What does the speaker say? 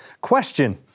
question